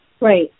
Right